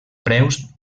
preus